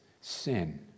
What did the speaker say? sin